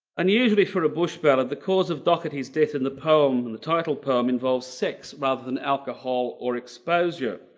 unusually for a bush ballad, the cause of dougherty's death in the poem and the title poem involves sex rather than alcohol or exposure.